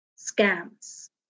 scams